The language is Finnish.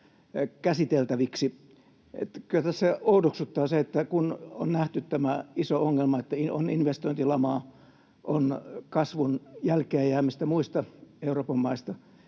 käsiteltäviksi. Kyllä tässä oudoksuttaa se, että kun on nähty tämä iso ongelma, että on investointilamaa, on kasvun jälkeen jäämistä muista Euroopan maista,